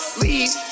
leave